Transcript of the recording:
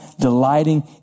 delighting